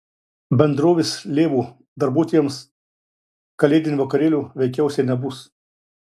bendrovės lėvuo darbuotojams kalėdinio vakarėlio veikiausiai nebus